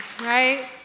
right